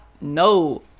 no